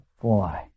boy